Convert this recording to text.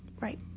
Right